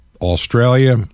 Australia